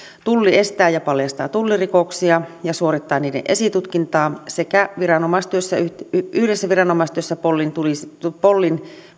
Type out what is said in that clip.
tulli estää ja paljastaa tullirikoksia ja suorittaa niiden esitutkintaa sekä yhdessä viranomaistyössä poliisin tullin